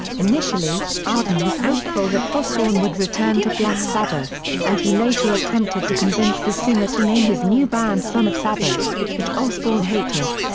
initially, arden was hopeful that osbourne would return to black sabbath, and he later attempted to convince the singer to name his new band son of sabbath, which osbourne hated.